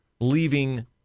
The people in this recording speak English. leaving